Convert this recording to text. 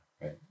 right